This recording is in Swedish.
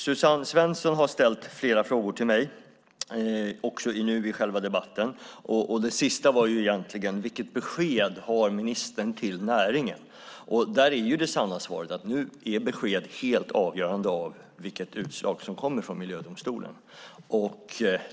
Suzanne Svensson har ställt flera frågor till mig också nu i själva debatten, och den sista var egentligen vilket besked ministern har till näringen. Där är det sanna svaret att beskedet nu är helt beroende av vilket utslag som kommer från miljödomstolen.